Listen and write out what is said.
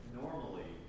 normally